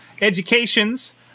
educations